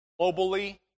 globally